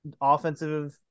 offensive